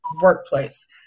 workplace